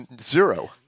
Zero